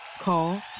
Call